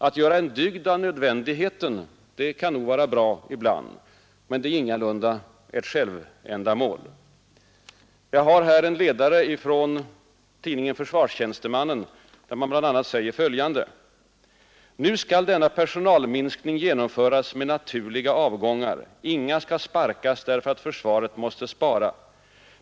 Att göra en dygd av nödvändigheten kan nog vara bra ibland, men det är ingalunda ett självändamål. Jag har här en ledare från tidningen Försvarstjänstemannen, där det bl.a. heter följande: ”Nu skall denna personalminskning genomföras med naturliga avgångar. Inga skall sparkas därför att försvaret måste spara.